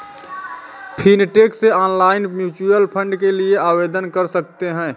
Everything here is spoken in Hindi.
फिनटेक से ऑनलाइन म्यूच्यूअल फंड के लिए आवेदन कर सकते हैं